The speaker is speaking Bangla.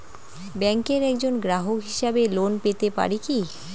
ব্যাংকের একজন গ্রাহক হিসাবে লোন পেতে পারি কি?